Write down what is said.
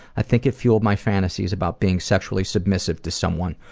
i think it fueled my fantasies about being sexually submissive to someone,